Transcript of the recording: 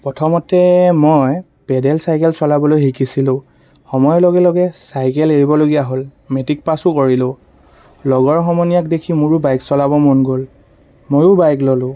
প্ৰথমতে মই pedal cycle চলাবলৈ শিকিছিলোঁ সময়ৰ লগে লগে চাইকেল এৰিবলগীয়া হ'ল মেট্ৰিক পাছো কৰিলোঁ লগৰ সমনীয়াক দেখি মোৰো বাইক চলাব মন গ'ল ময়ো বাইক ল'লোঁ